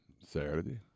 Saturday